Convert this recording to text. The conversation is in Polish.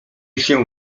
cię